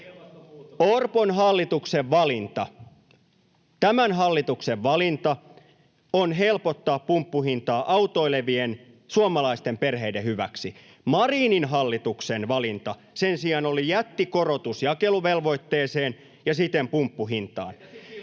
tämän hallituksen valinta, on helpottaa pumppuhintaa autoilevien suomalaisten perheiden hyväksi. Marinin hallituksen valinta sen sijaan oli jättikorotus jakeluvelvoitteeseen ja siten pumppuhintaan.